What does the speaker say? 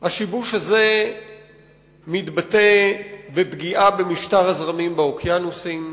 השיבוש הזה מתבטא בפגיעה במשטר הזרמים באוקיינוסים,